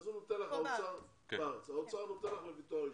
אז האוצר נותן לך לפי תואר ראשון.